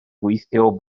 gweithio